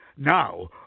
Now